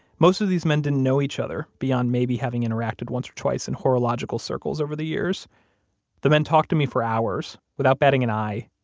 most of these men didn't know each other, beyond maybe having interacted once or twice in horological circles over the years the men talked to me for hours, without batting an eye,